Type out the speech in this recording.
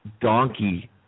donkey